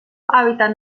hàbitat